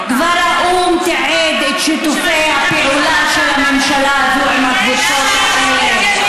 כבר האו"ם תיעד את שיתופי הפעולה של הממשלה הזו עם הקבוצות האלה.